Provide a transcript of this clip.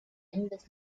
endes